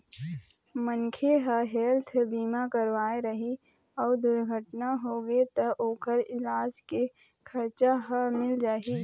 मनखे ह हेल्थ बीमा करवाए रही अउ दुरघटना होगे त ओखर इलाज के खरचा ह मिल जाही